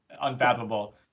unfathomable